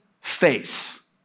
face